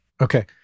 Okay